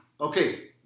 Okay